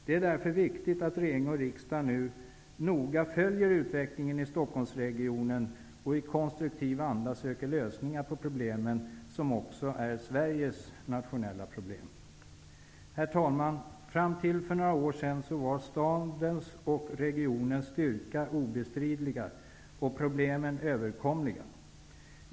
Det är därför viktigt att regering och riksdag nu noga följer utvecklingen i Stockholmsregionen och i konstruktiv anda söker lösningar på problemen, som också är Sveriges nationella problem. Herr talman! Fram till för några år sedan var stadens och regionens styrka obestridliga och problemen överkomliga.